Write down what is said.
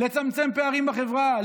לצמצם פערים בחברה,